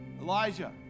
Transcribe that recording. Elijah